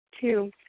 Two